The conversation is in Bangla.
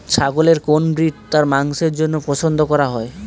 ছাগলের কোন ব্রিড তার মাংসের জন্য পছন্দ করা হয়?